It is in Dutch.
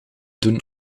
doen